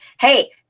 Hey